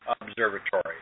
Observatory